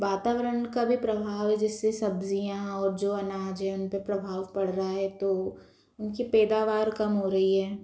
वातावरण का भी प्रभाव है जिससे सब्जियां और जो अनाज है उन पर प्रभाव पड़ रहा है तो उनकी पैदावार कम हो रही है